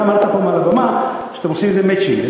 אתה אמרת פה מעל הבמה שאתם עושים מצ'ינג.